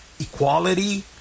equality